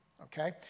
okay